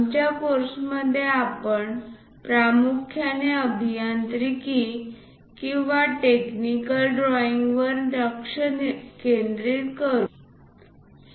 आमच्या कोर्समध्ये आपण प्रामुख्याने अभियांत्रिकी किंवा टेक्निकल ड्रॉईंगवर लक्ष केंद्रित करतो